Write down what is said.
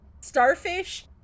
Starfish